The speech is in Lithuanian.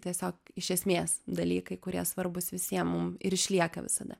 tiesiog iš esmės dalykai kurie svarbūs visiem mum ir išlieka visada